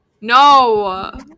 No